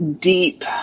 deep